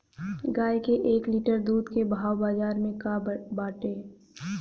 गाय के एक लीटर दूध के भाव बाजार में का बाटे?